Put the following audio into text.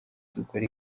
dukora